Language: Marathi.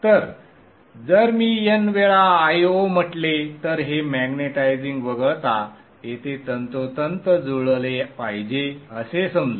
तर जर मी n वेळा Io म्हंटले तर हे मॅग्नेटायझिंग वगळता येथे तंतोतंत जुळले पाहिजे असे समजू